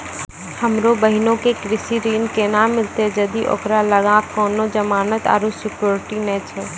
हमरो बहिनो के कृषि ऋण केना मिलतै जदि ओकरा लगां कोनो जमानत आरु सिक्योरिटी नै छै?